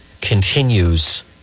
continues